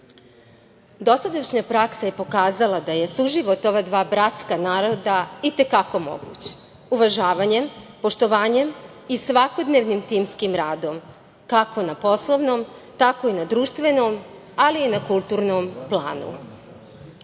Dosadašnja praksa pokazala je da je suživot ova dva bratska naroda i te kako moguć, uvažavanjem, poštovanjem i svakodnevnim timskim radom, kako na poslovnom, tako i na društvenom, ali i na kulturnom